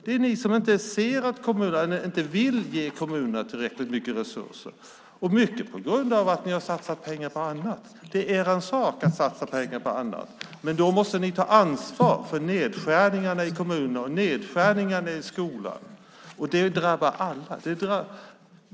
Det är ni som inte vill ge kommunerna tillräckligt mycket resurser - mycket på grund av att ni har satsat pengar på annat. Det är er sak att satsa pengar på annat. Men då måste ni ta ansvar för nedskärningarna i kommunerna och skolan. Detta drabbar alla.